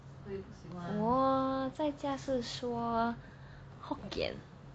我在家是说 hokkien